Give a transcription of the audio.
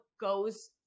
goes